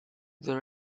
the